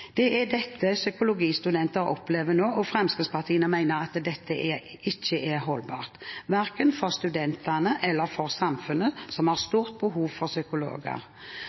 av studiet. Dette opplever psykologistudenter nå, og Fremskrittspartiet mener det ikke er holdbart, verken for studentene eller for samfunnet, som har stort behov for psykologer.